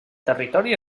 territori